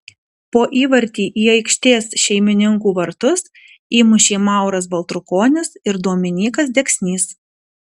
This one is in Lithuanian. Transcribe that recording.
po įvartį į aikštės šeimininkų vartus įmušė mauras baltrukonis ir dominykas deksnys